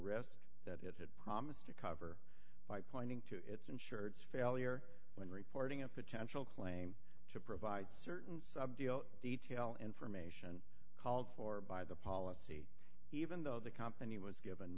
risk that it had promised to cover by pointing to its in shirts failure when reporting a potential claim to provide certain subject detail information called for by the policy even though the company was given